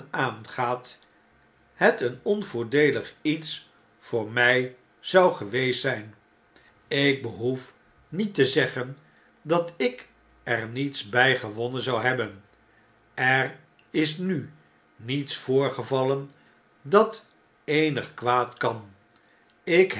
aangaat het een onvoordeelig iets voor mjj zou geweest zjjn ik behoef met te zeggen dat ik er niets bjj gewonnen zou hebben er is nu niets voorgevallen dat eenig kwaad kan ik